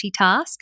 multitask